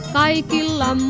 kaikilla